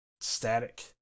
static